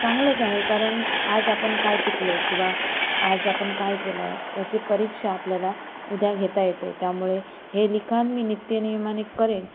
चांगलंच आहे कारण आज आपण काय चुकलो किंवा आज आपण काय केलं याची परीक्षा आपल्याला उद्या घेता येते त्यामुळे हे लिखाण मी नित्यनियमाने करेन